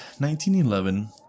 1911